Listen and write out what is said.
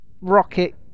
Rocket